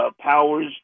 powers